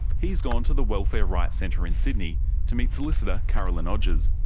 he's gone to the welfare rights centre in sydney to meet solicitor carolyn odgers.